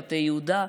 מטה יהודה.